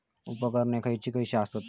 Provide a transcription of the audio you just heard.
उपकरणे खैयची खैयची आसत?